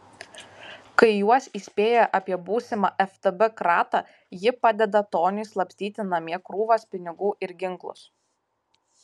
kai juos įspėja apie būsimą ftb kratą ji padeda toniui slapstyti namie krūvas pinigų ir ginklus